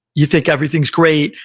you think everything's great.